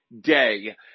day